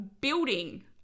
building